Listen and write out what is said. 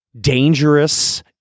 dangerous